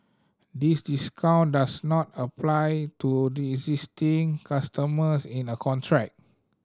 these discount does not apply to existing customers in a contract